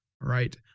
Right